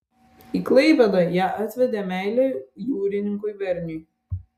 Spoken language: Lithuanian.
į klaipėdą ją atvedė meilė jūrininkui verniui